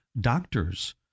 doctors